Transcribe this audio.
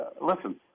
listen –